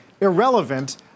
irrelevant